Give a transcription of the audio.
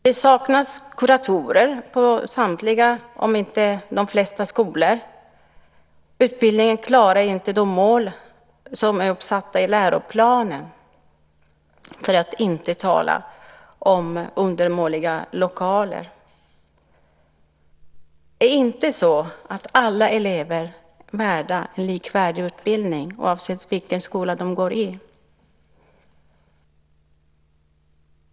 Det saknas kuratorer på de flesta skolor. Utbildningen klarar inte de mål som är uppsatta i läroplanen - för att inte tala om undermåliga lokaler. Är inte alla elever värda en likvärdig utbildning oavsett vilken skola de går i?